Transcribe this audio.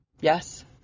Yes